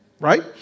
right